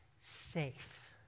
safe